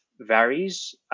varies